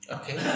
Okay